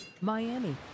Miami